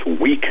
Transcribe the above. weak